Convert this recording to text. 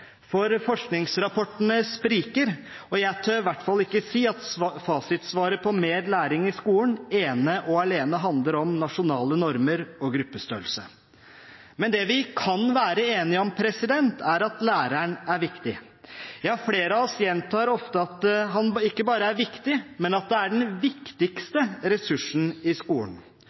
For forskningsrapportene spriker, og jeg tør i hvert fall ikke si at fasitsvaret på mer læring i skolen ene og alene handler om nasjonale normer og gruppestørrelse. Men det vi kan være enige om, er at læreren er viktig. Ja, flere av oss gjentar ofte at han ikke bare er viktig, men at det er den